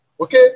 Okay